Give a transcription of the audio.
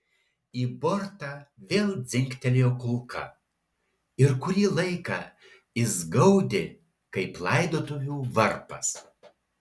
į bortą vėl dzingtelėjo kulka ir kurį laiką jis gaudė kaip laidotuvių varpas